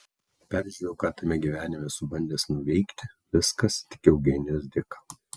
peržiūrėjau ką tame gyvenime esu bandęs nuveikti viskas tik eugenijos dėka